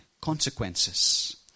consequences